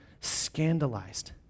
scandalized